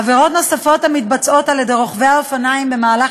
עבירות נוספות המתבצעות על-ידי רוכבי האופניים במהלך